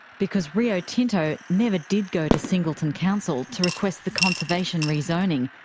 because rio tinto never did go to singleton council to request the conservation rezoning,